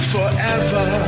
Forever